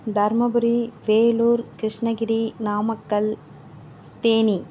Dharmapuri Vellore Krishnagiri Namakkal Theni